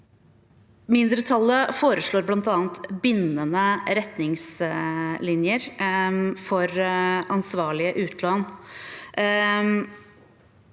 Mindretallet foreslår bl.a. bindende ret- ningslinjer for ansvarlige utlån.